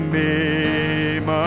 name